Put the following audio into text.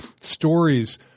stories